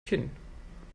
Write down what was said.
kinn